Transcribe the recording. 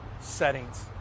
settings